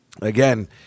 again